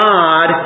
God